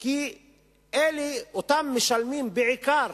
כי אותם משלמים בעיקר